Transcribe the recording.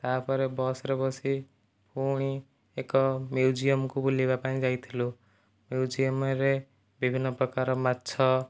ତାପରେ ବସ୍ରେ ବସି ପୁଣି ଏକ ମ୍ୟୁଜିୟମ୍କୁ ବୁଲିବା ପାଇଁ ଯାଇଥିଲୁ ମ୍ୟୁଜିୟମ୍ରେ ବିଭିନ୍ନ ପ୍ରକାର ମାଛ